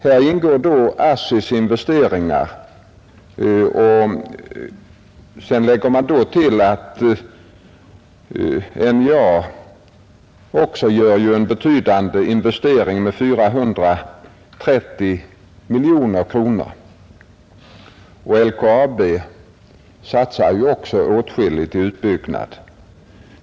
Häri ingår då ASSI:s investeringar, och man får lägga till att NJA också gör en betydande investering med 430 miljoner kronor, liksom LKAB satsar åtskilligt i utbyggnad.